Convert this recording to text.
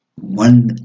One